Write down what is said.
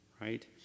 right